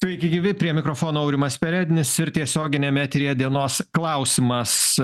sveiki gyvi prie mikrofono aurimas perednis ir tiesioginiame eteryje dienos klausimas